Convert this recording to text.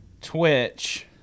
Twitch